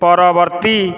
ପରବର୍ତ୍ତୀ